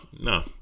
no